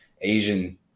Asian